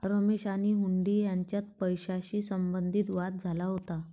रमेश आणि हुंडी यांच्यात पैशाशी संबंधित वाद झाला होता